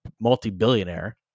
multi-billionaire